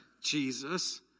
Jesus